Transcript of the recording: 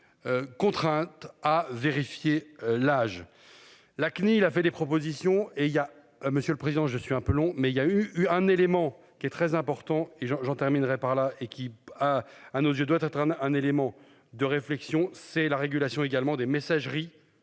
Contrainte à vérifier l'âge. La CNIL a fait des propositions et il y a un monsieur le président. Je suis un peu long mais il y a eu un élément qui est très important et j'en j'en terminerai par là et qui a à nos yeux doit être un élément de réflexion, c'est la régulation également des messageries